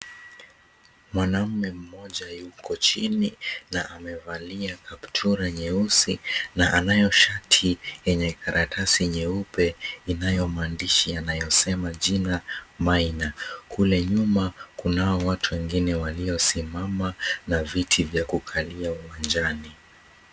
Mwanaume mmoja yuko chini na amevalia kaptura nyeusi na anayo shati yenye karatasi nyeupe inayo maandishi yanayosema jina minor. Kule nyuma kunao watu wengine waliosimama na viti vya kukalia uwanjani.